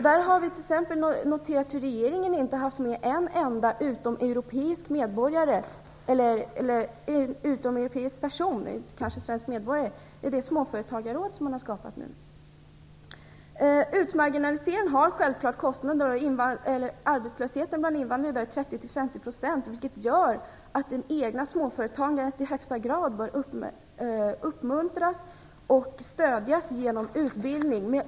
Där har vi noterat att regeringen inte har med en enda utomeuropeisk person i det småföretagarråd som man har skapat. Utmarginaliseringen har självfallet kostnader. Arbetslösheten bland invandrare är 30-50 %. Det gör att det egna småföretagandet i högsta grad bör uppmuntras och stödjas genom utbildning.